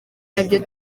nabyo